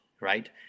right